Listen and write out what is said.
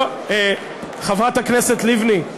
חברת הכנסת לבני,